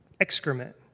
excrement